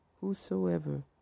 whosoever